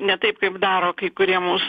ne taip kaip daro kai kurie mūsų